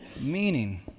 Meaning